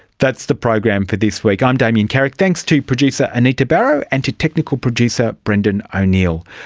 that's the program for this week. i'm damien carrick, thanks to producer anita barraud, and to technical producer brendan o'neill.